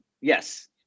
Yes